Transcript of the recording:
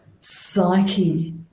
psyche